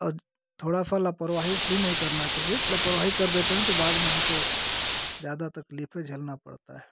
और थोड़ी सी लापरवाही भी नहीं करनी चाहिए लापरवाही कर देते हैं तो बाद में हमको ज़्यादा तकलीफ़ें झेलनी पड़ती हैं